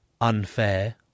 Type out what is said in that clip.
unfair